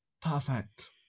Perfect